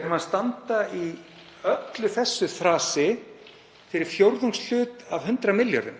erum að standa í öllu þessu þrasi fyrir fjórðungshlut af 100 milljörðum.